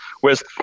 Whereas